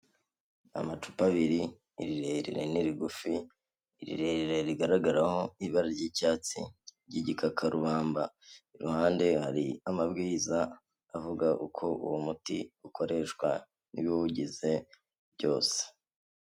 Amacupa abiri, irirerire n'irigufi, irirerire rigaragaraho ibara ry'icyatsi ry'igikakarubamba, iruhande hari amabwiriza avuga uko uwo muti ukoreshwa n'ibiwugize byose.